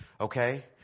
Okay